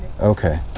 Okay